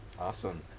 Awesome